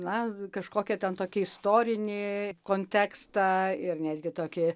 na kažkokią ten tokį istorinį kontekstą ir netgi tokį